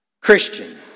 Christian